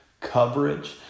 coverage